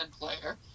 player